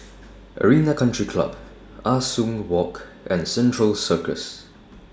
Arena Country Club Ah Soo Walk and Central Circus